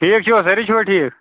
ٹھیٖک چھُوا سٲری چھُوا ٹھیٖک